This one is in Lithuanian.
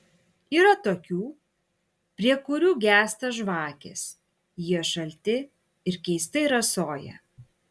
yra tokių prie kurių gęsta žvakės jie šalti ir keistai rasoja